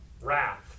wrath